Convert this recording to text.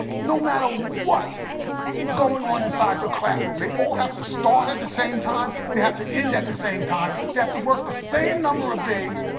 no matter what is going on inside your classroom. they all have to start at the same time, they have to end at the same time, they have to work the same number of days.